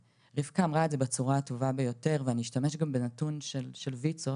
רבקה אמרה את זה בצורה הטובה ביותר ואני אשתמש גם בנתון של ויצו,